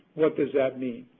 what does that mean?